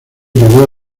llevó